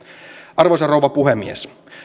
arvoisa rouva puhemies